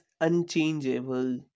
unchangeable